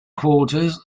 quarters